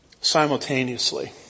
simultaneously